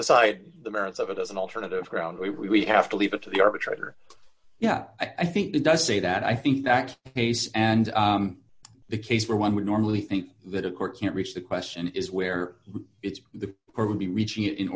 decide the merits of it as an alternative ground we have to leave it to the arbitrator yeah i think it does say that i think that case and the case where one would normally think that a court can't reach the question is where it's the or would be reach